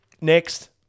Next